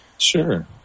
Sure